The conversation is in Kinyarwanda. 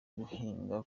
guhiga